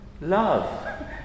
love